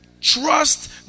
Trust